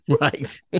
Right